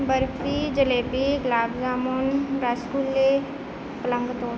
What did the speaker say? ਬਰਫੀ ਜਲੇਬੀ ਗੁਲਾਬ ਜਾਮੁਨ ਰਸਗੁੱਲੇ